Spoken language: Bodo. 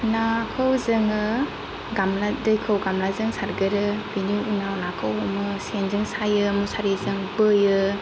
नाखौ जोङो गामला दैखौ गामलाजों सारगोरो बिनि उनाव नाखौ हमो सेनजों सायो मुसारिजों बोयो